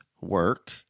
work